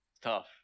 tough